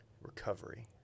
recovery